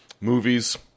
movies